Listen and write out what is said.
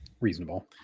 reasonable